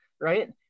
right